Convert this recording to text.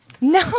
No